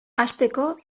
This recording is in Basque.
hasteko